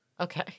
Okay